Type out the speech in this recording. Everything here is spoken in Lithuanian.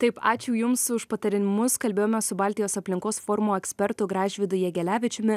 taip ačiū jums už patarimus kalbėjome su baltijos aplinkos forumo ekspertu gražvydu jegelevičiumi